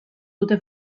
dute